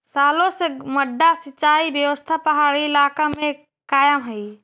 सालो से मड्डा सिंचाई व्यवस्था पहाड़ी इलाका में कायम हइ